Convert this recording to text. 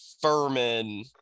Furman